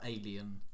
Alien